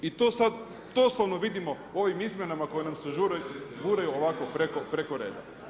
I to sad doslovno vidimo u ovim izmjenama koji nam se guraju ovako preko reda.